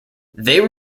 they